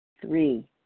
Three